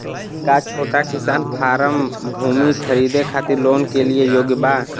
का छोटा किसान फारम भूमि खरीदे खातिर लोन के लिए योग्य बा?